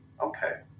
Okay